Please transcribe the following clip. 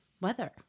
weather